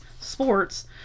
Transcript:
sports